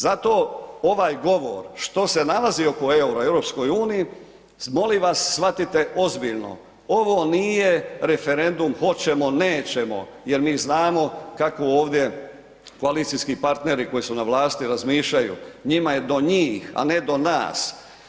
Zato ovaj govor što se nalazi oko eura i EU-a, molim vas shvatite ozbiljno, ovo nije referendum hoćemo-nećemo jer mi znamo kako ovdje koalicijski partneri koji su na vlasti razmišljaju, njima je do njih a ne do nas.